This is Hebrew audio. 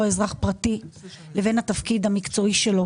אזרח פרטי לבין התפקיד המקצועי שלו.